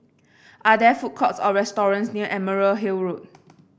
are there food courts or restaurants near Emerald Hill Road